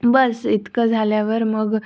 बस इतकं झाल्यावर मग